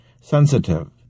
sensitive